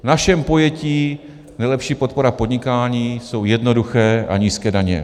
V našem pojetí nejlepší podpora podnikání jsou jednoduché a nízké daně.